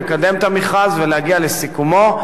כי הוא ייצור הסדרה של המערכת הזו.